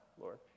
Lord